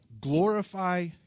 glorify